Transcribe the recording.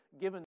given